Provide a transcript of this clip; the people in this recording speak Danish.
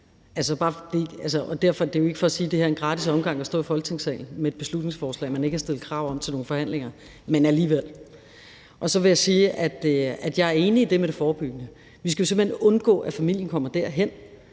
det er jo ikke for at sige, at det er en gratis omgang at stå i Folketingssalen med et beslutningsforslag, man ikke har stillet krav om til nogen forhandlinger, men alligevel. Så vil jeg sige, at jeg er enig i det med det forebyggende. Vi skal jo simpelt hen undgå, at familien kommer derhen.